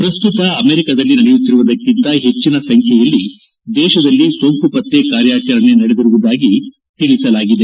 ಪ್ರಸ್ತುತ ಅಮೆರಿಕಾದಲ್ಲಿ ನಡೆಯುತ್ತಿರುವುದಕ್ಕಿಂತ ಹೆಚ್ಚಿನ ಸಂಖ್ಯೆಯಲ್ಲಿ ದೇಶದಲ್ಲಿ ಸೋಂಕು ಪತ್ತೆ ಕಾರ್ಯಾಚರಣೆ ನಡೆದಿರುವುದಾಗಿ ತಿಳಿಸಲಾಗಿದೆ